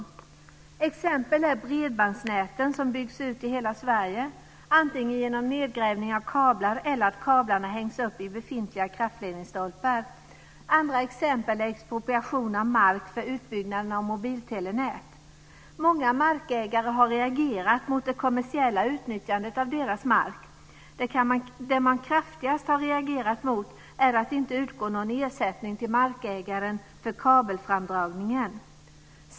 Ett exempel är bredbandsnäten som byggs ut i hela Sverige antingen genom nedgrävning av kablar eller genom att kablarna hängs upp i befintliga kraftledningsstolpar. Ett annat exempel är expropriation av mark för utbyggnaden av mobiltelenät. Många markägare har reagerat mot det kommersiella utnyttjandet av deras mark. Det man kraftigast har reagerat mot är att det inte utgår någon ersättning till markägaren för kabelframdragningen.